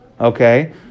Okay